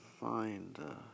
find